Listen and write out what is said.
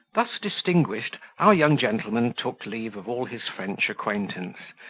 thus distinguished, our young gentleman took leave of all his french acquaintance,